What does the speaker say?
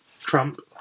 Trump